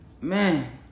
Man